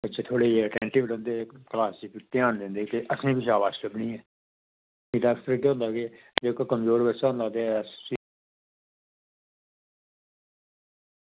बच्चे थोह्ड़े जेह् अटैंटिव रौंह्दे क्लॉस च फ्ही ध्यान दिंदे कि असेंगी बी शाबाशी लब्भनी ऐ होंदा केह् जेह्का कमजोर बच्चा होंदा